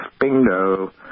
bingo